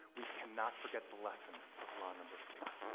we cannot forget the lesson of law number four.